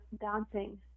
dancing